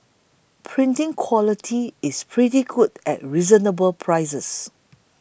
printing quality is pretty good at reasonable prices